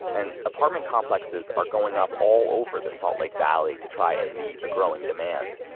and apartment complexes are going up all over the salt lake valley, to try and meet a growing demand.